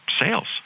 Sales